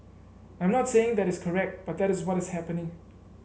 I'm not saying that is correct but that is what is happening